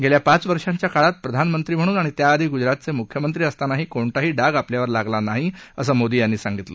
गेल्या पाच वर्षांच्या काळात प्रधानमंत्री म्हणून आणि त्याआधी गुजरातचे मुख्यमंत्री असतानाही कोणताही डाग आपल्यावर लागला नाही असं मोदी यांनी सांगितलं